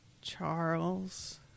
Charles